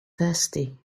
thirsty